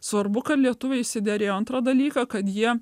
svarbu kad lietuviai išsiderėjo antrą dalyką kad jie